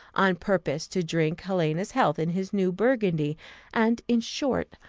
on purpose to drink helena's health in his new burgundy and, in short,